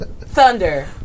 Thunder